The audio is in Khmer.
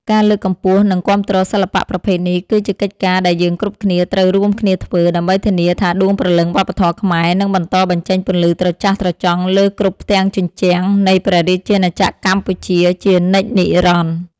ការលើកកម្ពស់ និងគាំទ្រសិល្បៈប្រភេទនេះ គឺជាកិច្ចការដែលយើងគ្រប់គ្នាត្រូវរួមគ្នាធ្វើ ដើម្បីធានាថាដួងព្រលឹងវប្បធម៌ខ្មែរនឹងបន្តបញ្ចេញពន្លឺត្រចះត្រចង់លើគ្រប់ផ្ទាំងជញ្ជាំងនៃព្រះរាជាណាចក្រកម្ពុជាជានិច្ចនិរន្តរ៍។